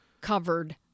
covered